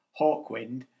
Hawkwind